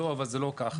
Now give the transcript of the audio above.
לא, זה לא כך.